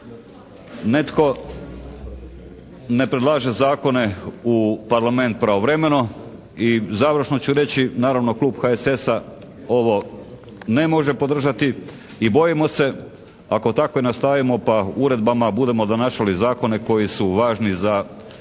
netko ne predlaže zakone u Parlament pravovremeno. I završno ću reći, naravno klub HSS-a ovo ne može podržati i bojimo se ako takve nastavimo pa uredbama budemo donašali zakone koji su važni za